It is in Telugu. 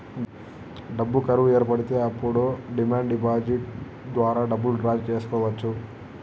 డబ్బు కరువు ఏర్పడితే అప్పుడు డిమాండ్ డిపాజిట్ ద్వారా డబ్బులు డ్రా చేసుకోవచ్చు